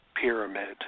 pyramid